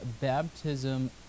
baptism